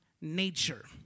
nature